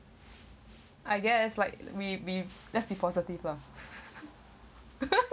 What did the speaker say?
I guess like we we let's be positive lah